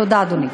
תודה, אדוני.